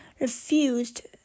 refused